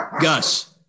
Gus